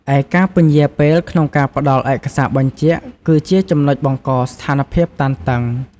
ឯការពន្យាពេលក្នុងការផ្តល់ឯកសារបញ្ចាក់ គឺជាចំណុចបង្កស្ថានភាពតានតឹង។